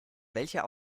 welcher